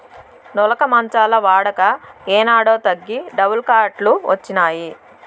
నులక మంచాల వాడక ఏనాడో తగ్గి డబుల్ కాట్ లు వచ్చినాయి